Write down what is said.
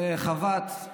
וחבט,